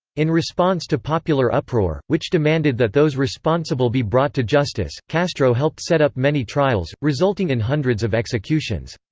in response to popular uproar, which demanded that those responsible be brought to justice, castro helped set up many trials, resulting in hundreds of executions.